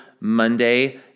Monday